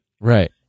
Right